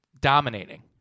dominating